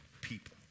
people